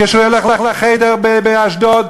כשהוא ילך ל"חדר" באשדוד,